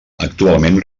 actualment